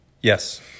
Yes